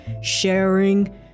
sharing